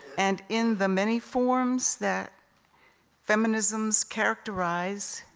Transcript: and in the many forms that feminisms characterize,